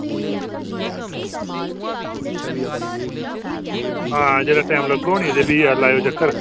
हां जिसलै टाइम लग्गोग नी ते फ्ही लाएओ चक्कर